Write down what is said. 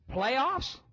Playoffs